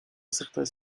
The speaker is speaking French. certains